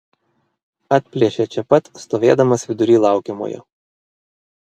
atplėšia čia pat stovėdamas vidury laukiamojo